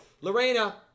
Lorena